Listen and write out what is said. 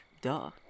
duh